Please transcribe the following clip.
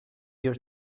your